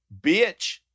Bitch